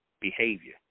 Behavior